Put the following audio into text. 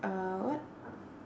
uh what